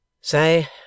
Say